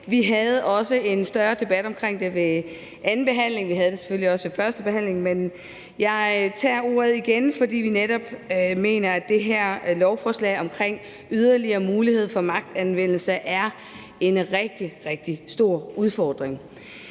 Vi havde en større debat om det ved anden behandlingen, og vi havde det selvfølgelig også ved førstebehandlingen, men jeg tager ordet igen, fordi vi netop mener, at det her lovforslag om yderligere muligheder for magtanvendelse er en rigtig, rigtig stor udfordring.